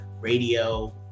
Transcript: radio